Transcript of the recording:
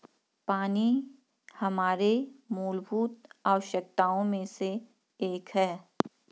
पानी हमारे मूलभूत आवश्यकताओं में से एक है